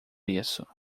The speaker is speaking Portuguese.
isso